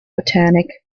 botanic